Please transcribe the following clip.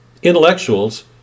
Intellectuals